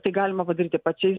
tai galima padaryti pačiais